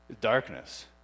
Darkness